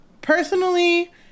personally